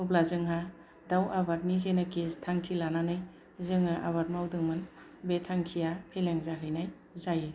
अब्ला जोंहा दाउ आबादनि जेनोखि थांखि लानानै जोङो आबाद मावदोंमोन बे थांखिया फेलें जाहैनाय जायो